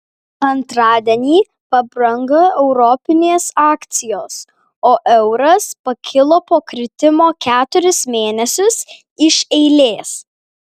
antradienį pabrango europinės akcijos o euras pakilo po kritimo keturis mėnesius iš eilės